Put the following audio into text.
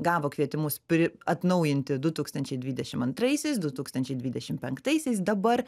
gavo kvietimus pri atnaujinti du tūkstančiai dvidešimt antraisiais du tūkstančiai dvidešimt penktaisiais dabar